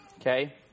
okay